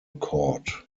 court